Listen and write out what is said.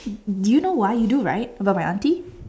you know why you do right about my auntie